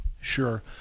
Sure